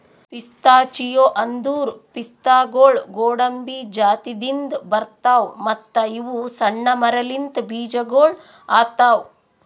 pistachio ಅಂದುರ್ ಪಿಸ್ತಾಗೊಳ್ ಗೋಡಂಬಿ ಜಾತಿದಿಂದ್ ಬರ್ತಾವ್ ಮತ್ತ ಇವು ಸಣ್ಣ ಮರಲಿಂತ್ ಬೀಜಗೊಳ್ ಆತವ್